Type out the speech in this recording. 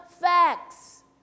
facts